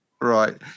Right